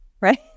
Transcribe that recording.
right